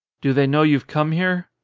do they know you've come here?